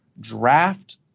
draft